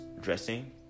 dressing